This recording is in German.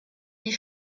die